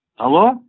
Hello